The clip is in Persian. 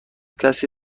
کسی